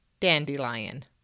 dandelion